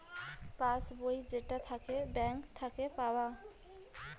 pass বই যেইটা থাকে ব্যাঙ্ক থাকে পাওয়া